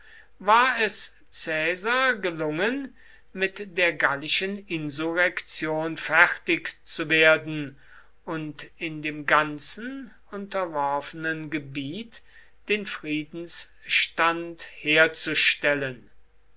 war es caesar gelungen mit der gallischen insurrektion fertigzuwerden und in dem ganzen unterworfenen gebiet den friedensstand herzustellen